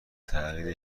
تغییر